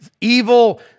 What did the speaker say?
evil